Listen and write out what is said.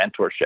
mentorship